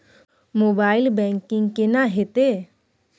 Mobile banking केना हेते?